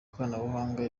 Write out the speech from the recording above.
koranabuhanga